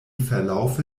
verlaufe